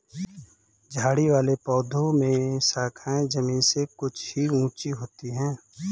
झाड़ी वाले पौधों में शाखाएँ जमीन से कुछ ही ऊँची होती है